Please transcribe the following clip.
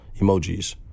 emojis